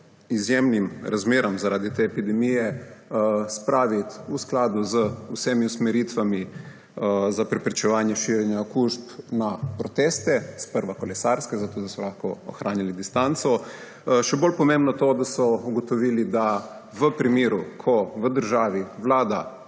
izjemnim razmeram zaradi te epidemije spraviti skladno z vsemi usmeritvami za preprečevanje širjenja okužb na proteste, sprva kolesarske, zato da so lahko ohranjali distanco. Še bolj pomembno je to, da so ugotovili, da v primeru, ko v državi vlada